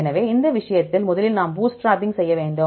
எனவே இந்த விஷயத்தில் முதலில் நாம் பூட்ஸ்ட்ராப்பிங் செய்ய வேண்டும்